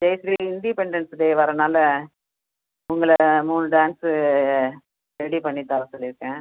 independence day வரனால உங்களை மூணு டான்ஸ்ஸு ரெடி பண்ணித் தர சொல்லிருக்கேன்